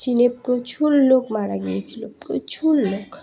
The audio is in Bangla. চীনে প্রচুর লোক মারা গিয়েছিলো প্রচুর লোক